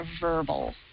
verbal